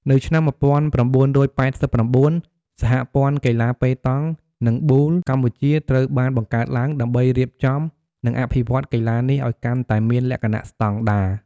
នៅឆ្នាំ ១៩៨៩ សហព័ន្ធកីឡាប៉េតង់ និងប៊ូលកម្ពុជាត្រូវបានបង្កើតឡើង ដើម្បីរៀបចំ និងអភិវឌ្ឍកីឡានេះឱ្យកាន់តែមានលក្ខណៈស្តង់ដារ។